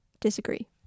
disagree